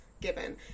given